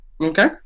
Okay